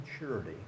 maturity